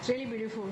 really beautiful